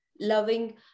Loving